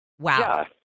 wow